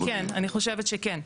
אני חושבת שכן.